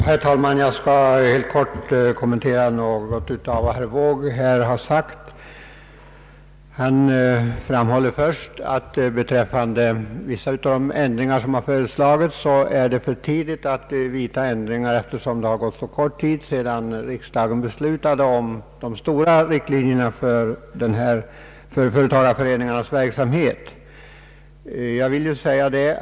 Herr talman! Jag skall helt kort kommentera något av det herr Wååg här har anfört. Han framhåller att det är för tidigt att vidta vissa av de föreslagna ändringarna, eftersom så kort tid förflutit sedan riksdagen beslutade om de stora riktlinjerna för företagareföreningarnas verksamhet.